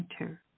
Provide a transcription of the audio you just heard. enter